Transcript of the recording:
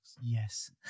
Yes